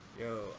Yo